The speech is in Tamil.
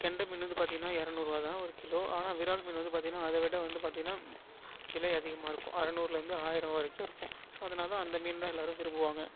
கெண்டைமீனு வந்து பார்த்தீங்கன்னா இரநூறுவா தான் ஒரு கிலோ ஆனால் விறால் மீன் வந்து பார்த்தீங்கன்னா அதை விட வந்து பார்த்தீங்கன்னா விலை அதிகமாக இருக்கும் அறுநூறுலேருந்து ஆயிரம் வரைக்கும் இருக்கும் ஸோ அதனால் அந்த மீன் தான் எல்லாரும் விரும்புவாங்கள்